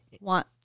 want